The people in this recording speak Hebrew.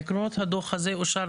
עקרונות הדוח הזה אושרו